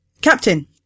Captain